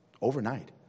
overnight